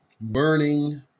burning